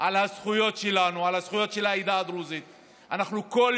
על הזכויות שלנו, על הזכויות של העדה הדרוזית.